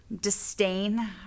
disdain